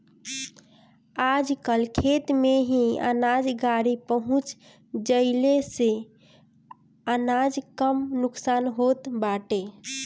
आजकल खेते में ही अनाज गाड़ी पहुँच जईले से अनाज कम नुकसान होत बाटे